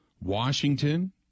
Washington